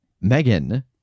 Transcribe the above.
Megan